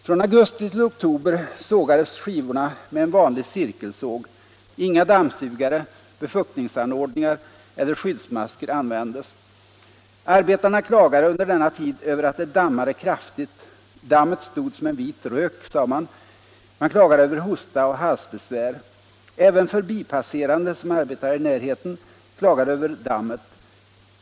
Från augusti till oktober sågades skivorna med en vanlig cirkelsåg, inga dammsugare, befuktningsanordningar eller skyddsmasker användes. Arbetarna klagade under denna tid över att det dammade kraftigt, ”dammet stod som en vit rök”, man klagade över hosta och halsbesvär. Även förbipasserande som arbetade i närheten klagade över dammet.